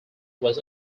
was